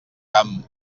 camp